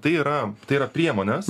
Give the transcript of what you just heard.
tai yra tai yra priemonės